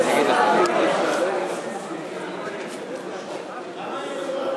מרצ להביע אי-אמון בממשלה לא נתקבלה.